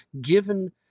given